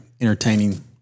entertaining